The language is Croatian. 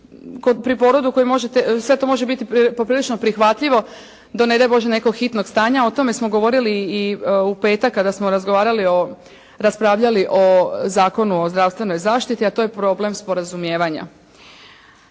može, sve to može biti poprilično prihvatljivo do ne daj Bože nekog hitnog stanja, o tome smo govorili i u petak kada smo razgovarali o, raspravljali o Zakonu o zdravstvenoj zaštiti, a to je problem sporazumijevanja.